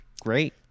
great